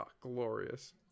Glorious